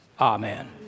Amen